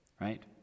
right